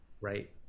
right